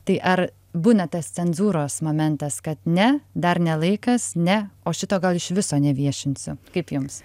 tai ar būna tas cenzūros momentas kad ne dar ne laikas ne o šito gal iš viso neviešinsiu kaip jums